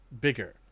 bigger